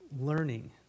learning